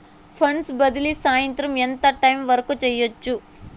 funds బదిలీ సాయంత్రం ఎంత టైము వరకు చేయొచ్చు